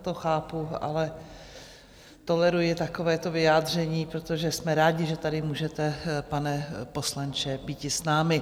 To chápu, ale toleruji takovéto vyjádření, protože jsme rádi, že tady můžete, pane poslanče, býti s námi.